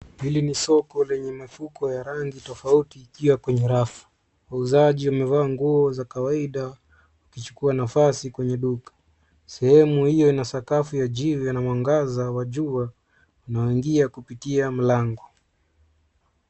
Hili ni soko lenye mifuko ya rangi tofauti ikiwa kwenye rafu. Wauzaji wamevaa nguo za kawaida wakichukua nafasi kwenye duka. Sehemu hiyo ina sakafu ya jivu na mwangaza wa jua unaoingia kupitia mlango.